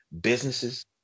businesses